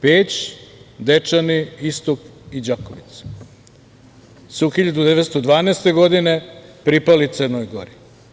Peć, Dečani, Istok i Đakovica su 1912. godine pripali Crnoj Gori.